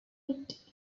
hit